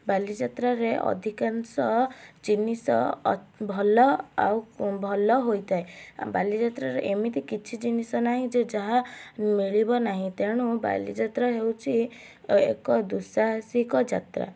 ବାଲିଯାତ୍ରାରେ ଅଧିକାଂଶ ଜିନିଷ ଭଲ ଆଉ ଭଲ ହୋଇଥାଏ ବାଲିଯାତ୍ରାରେ ଏମିତି କିଛି ଜିନିଷ ନାହିଁ ଯେ ଯାହା ମିଳିବ ନାହିଁ ତେଣୁ ବାଲିଯାତ୍ରା ହେଉଛି ଏକ ଦୁଃସାହସିକ ଯାତ୍ରା